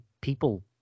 people